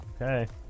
Okay